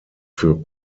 für